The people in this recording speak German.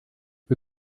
wir